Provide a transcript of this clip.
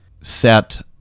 set